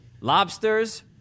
lobsters